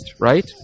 right